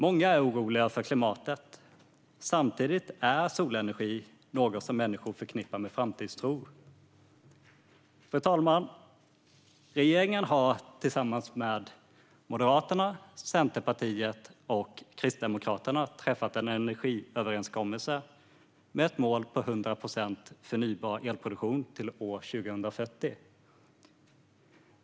Många är oroliga för klimatet; samtidigt är solenergi något som människor förknippar med framtidstro. Fru talman! Regeringen har tillsammans med Moderaterna, Centerpartiet och Kristdemokraterna träffat en energiöverenskommelse med ett mål på 100 procent förnybar elproduktion till år 2040.